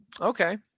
Okay